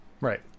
Right